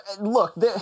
Look